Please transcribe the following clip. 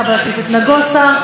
חבר הכנסת נגוסה,